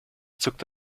zuckt